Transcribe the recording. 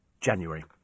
January